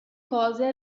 cose